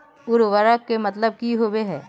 उर्वरक के मतलब की होबे है?